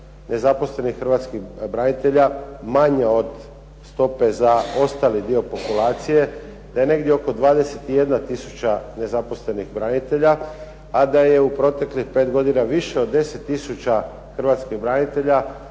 nezaposlenih Hrvatskih branitelja manja od stope za ostali dio populacije, da je negdje oko 21 tisuća nezaposlenih branitelja. A da je u proteklih 5 godina više od 10 tisuća Hrvatskih branitelja,